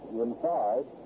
inside